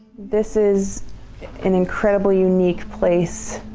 this is an incredibly unique place